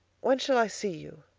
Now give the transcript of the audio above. when shall i see you?